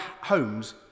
homes